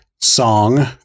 song